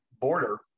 border